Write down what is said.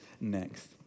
next